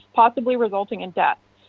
possibly resulting in death.